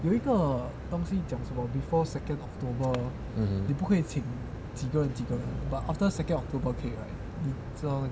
mmhmm